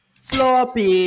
sloppy